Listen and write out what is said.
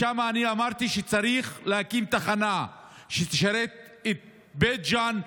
שם אני אמרתי שצריך להקים תחנה שתשרת את בית ג'ן,